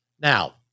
Now